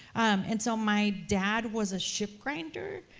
and so my dad was a ship grinder,